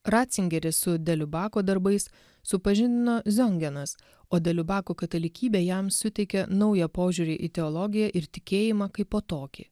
ratzingerį su deliu bako darbais supažindino zongenas o dėliu bako katalikybė jam suteikė naują požiūrį į teologiją ir tikėjimą kaipo tokį